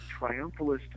triumphalist